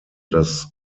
das